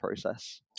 process